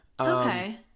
Okay